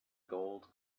gold